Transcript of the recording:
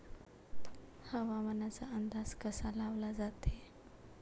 हवामानाचा अंदाज कसा लावला जाते?